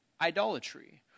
idolatry